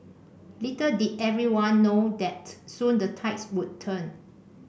little did everyone know that soon the tides would turn